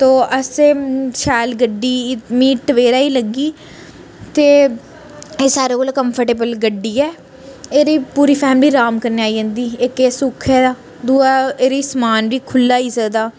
तो असें शैल गड्डी मी टवेरा ही लग्गी ते एह् सारे कोलां कम्फ़र्टेबल गड्डी ऐ एह्दे च पूरी फैमिली अराम कन्नै आई जंदी इक एह् सुख ऐ दूआ एह्दे च समान बी खुल्ला आई सकदा